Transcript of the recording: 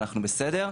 אנחנו בסדר".